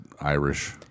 Irish